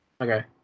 Okay